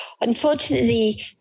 Unfortunately